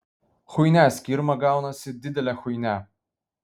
chuinia skirma gaunasi didelė chuinia